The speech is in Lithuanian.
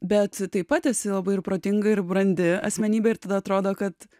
bet taip pat esi labai ir protinga ir brandi asmenybė ir tada atrodo kad